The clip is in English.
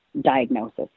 diagnosis